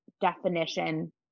definition